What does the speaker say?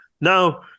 Now